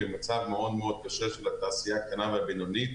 נכנסנו למשבר במצב מאוד מאוד קשה של התעשייה הקטנה והבינונית,